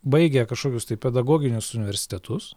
baigę kažkokius tai pedagoginius universitetus